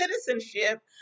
citizenship